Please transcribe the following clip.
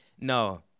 no